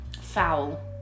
foul